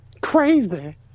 Crazy